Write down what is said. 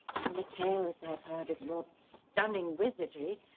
the tales i've heard of your stunning wizardry,